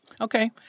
Okay